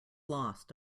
lost